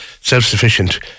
self-sufficient